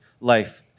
life